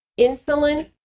insulin